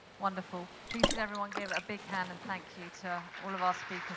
wonderful. please, could everyone give a big hand and thank you to